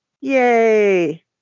Yay